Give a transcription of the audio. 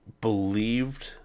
believed